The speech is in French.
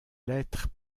lettres